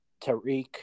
Tariq